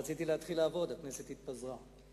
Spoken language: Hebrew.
רציתי להתחיל לעבוד, הכנסת התפזרה.